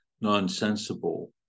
nonsensical